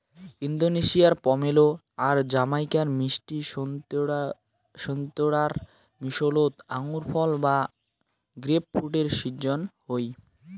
ইন্দোনেশিয়ার পমেলো আর জামাইকার মিষ্টি সোন্তোরার মিশোলোত আঙুরফল বা গ্রেপফ্রুটের শিজ্জন হই